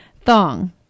thong